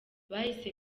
bahise